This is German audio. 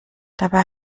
dabei